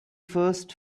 first